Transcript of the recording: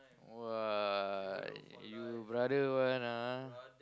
!wah! you brother one ah